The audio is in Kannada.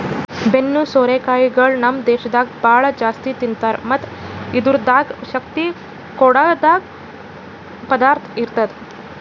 ಬೆನ್ನು ಸೋರೆ ಕಾಯಿಗೊಳ್ ನಮ್ ದೇಶದಾಗ್ ಭಾಳ ಜಾಸ್ತಿ ತಿಂತಾರ್ ಮತ್ತ್ ಇದುರ್ದಾಗ್ ಶಕ್ತಿ ಕೊಡದ್ ಪದಾರ್ಥ ಇರ್ತದ